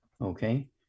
okay